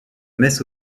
mess